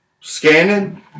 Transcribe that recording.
scanning